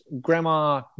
Grandma